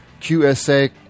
QSA